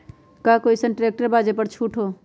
का कोइ अईसन ट्रैक्टर बा जे पर छूट हो?